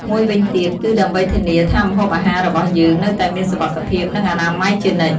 មួយវិញទៀត គឺដើម្បីធានាថាម្ហូបអាហាររបស់យើងនៅតែមានសុវត្ថិភាព និងអនាម័យជានិច្ច។